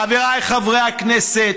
חבריי חברי הכנסת,